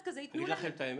להגיד לכם את האמת?